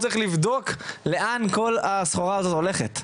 צריך לבדוק לאן כל הסחורה הזאת הולכת,